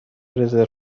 رزرو